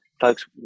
Folks